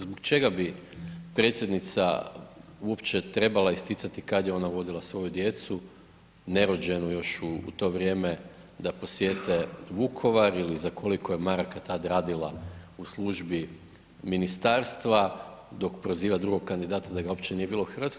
Zbog čega bi predsjednica uopće trebala isticati kad je ona vodila svoju djecu, nerođenu još u to vrijeme da posjete Vukovar ili za koliko je maraka tad radila u službi ministarstva dok proziva drugog kandidata da ga uopće nije bilo u Hrvatskoj.